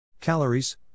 Calories